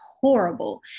horrible